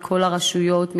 מכל הרשויות,